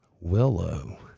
Willow